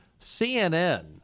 CNN